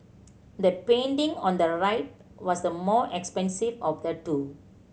the painting on the right was the more expensive of the two